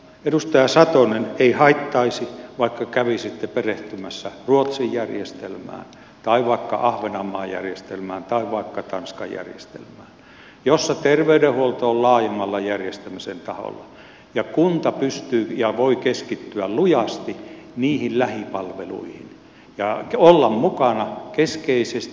edustaja satonen ei haittaisi vaikka kävisitte perehtymässä ruotsin järjestelmään tai vaikka ahvenanmaan järjestelmään tai vaikka tanskan järjestelmään joissa terveydenhuolto on laajimmalla järjestämisen taholla ja kunta pystyy ja voi keskittyä lujasti niihin lähipalveluihin ja olla mukana keskeisesti